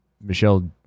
Michelle